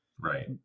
Right